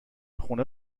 خونه